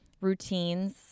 routines